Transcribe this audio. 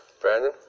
Brandon